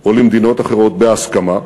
או למדינות אחרות בהסכמה,